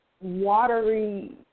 watery